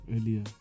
earlier